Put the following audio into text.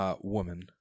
woman